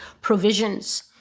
provisions